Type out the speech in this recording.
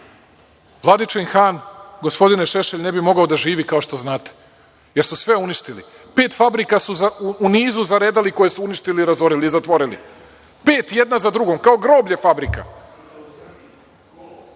Vladičin Han, gospodine Šešelj, ne bi mogao da živi, kao što znate, jer su sve uništili. Pet fabrika su u nizu zaredali koje su uništili, razorili i zatvorili, pet jedna za drugom, kao groblje fabrika.(Boško